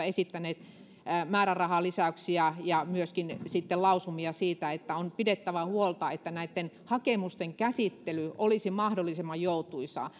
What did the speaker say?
esittäneet määrärahalisäyksiä ja myöskin sitten lausumia niin on pidettävä huolta että näitten hakemusten käsittely olisi mahdollisimman joutuisaa